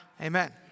amen